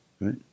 Right